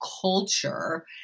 culture